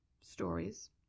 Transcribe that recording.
stories